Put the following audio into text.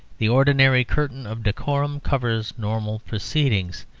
the ordinary curtain of decorum covers normal proceedings.